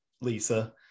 Lisa